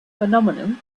phenomenon